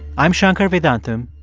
i'm shankar vedantam,